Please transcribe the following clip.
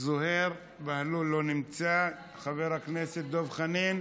זוהיר בהלול, לא נמצא, חבר הכנסת דב חנין?